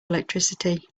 electricity